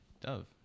Dove